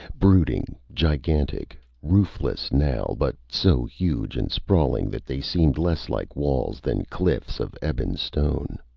brooding, gigantic, roofless now but so huge and sprawling that they seemed less like walls than cliffs of ebon stone.